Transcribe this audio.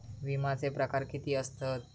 विमाचे प्रकार किती असतत?